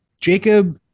Jacob